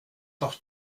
doch